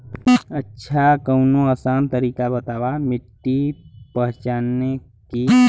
अच्छा कवनो आसान तरीका बतावा मिट्टी पहचाने की?